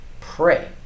Pray